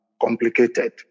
complicated